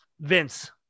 Vince